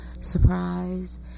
surprise